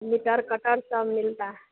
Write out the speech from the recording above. metre cutter सब मिलता है